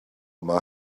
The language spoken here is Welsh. yma